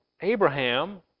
Abraham